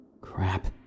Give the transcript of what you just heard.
Crap